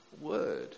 word